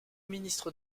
ministre